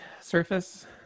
surface